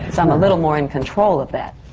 so i'm a little more in control of that.